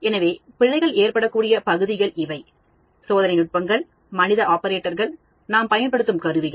எனவே பிழைகள் ஏற்படக்கூடிய பகுதிகள் இவை சோதனை நுட்பங்கள் மனித ஆபரேட்டர்கள் நாம் பயன்படுத்தும் கருவிகள்